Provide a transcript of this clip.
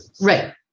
right